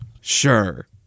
Sure